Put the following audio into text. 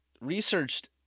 researched